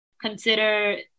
Consider